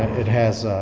it has a